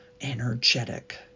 energetic